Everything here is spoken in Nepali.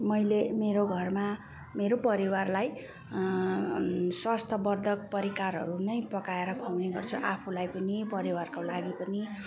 मैले मेरो घरमा मेरो परिवारलाई स्वस्थवर्धक परिकारहरू नै पकाएर खुवाउने गर्छु आफूलाई पनि परिवारको लागि पनि